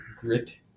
grit